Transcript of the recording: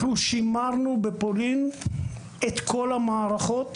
שימרנו בפולין את כל המערכות